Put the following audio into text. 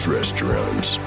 Restaurants